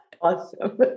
Awesome